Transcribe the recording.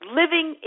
living